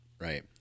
Right